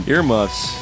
Earmuffs